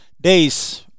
days